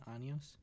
Años